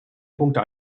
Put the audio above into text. punkte